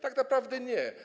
Tak naprawdę nie.